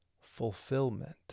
fulfillment